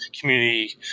community